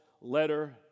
letter